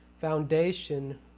foundation